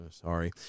sorry